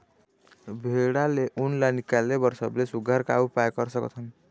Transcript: भेड़ा ले उन ला निकाले बर सबले सुघ्घर का उपाय कर सकथन?